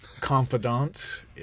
confidant